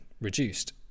reduced